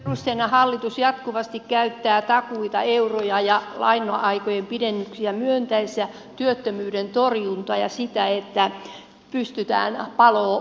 perusteena hallitus jatkuvasti käyttää takuita euroja ja laina aikojen pidennyksiä myöntäessään työttömyyden torjuntaa ja sitä että pystytään palon leviämistä estämään